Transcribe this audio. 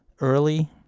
early